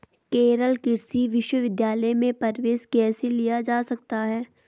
केरल कृषि विश्वविद्यालय में प्रवेश कैसे लिया जा सकता है?